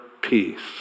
peace